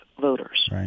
voters